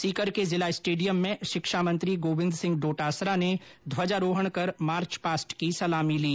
सीकर के जिला स्टेडियम में शिक्षा मंत्री गोविन्द सिंह डोटासरा ने ध्वजारोहण कर मार्च पास्ट की सलामी ली